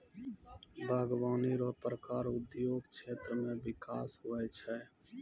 बागवानी रो प्रकार उद्योग क्षेत्र मे बिकास हुवै छै